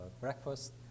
breakfast